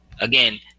again